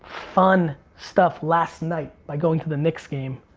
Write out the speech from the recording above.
fun stuff last night by going to the knicks game.